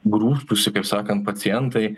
grūstųsi kaip sakant pacientai